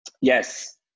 Yes